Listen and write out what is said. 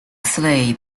slab